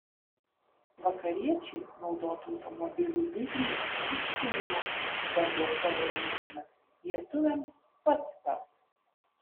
vakariečiai naudotų automobilių bizniu neužsiima per daug pavojinga lietuviams pats tas